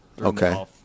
Okay